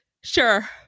Sure